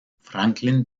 franklin